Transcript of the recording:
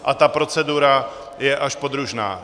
A ta procedura je až podružná.